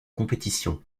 compétition